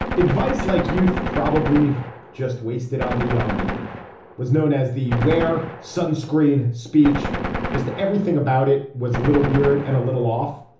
advice like youth probably just wasted on the young was known as the. wear sunscreen. speech just everything about it was a little weird and a little off.